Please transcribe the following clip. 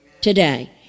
today